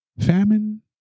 famine